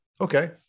okay